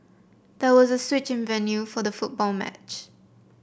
there was a switch in venue for the football match